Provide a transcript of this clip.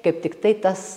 kaip tiktai tas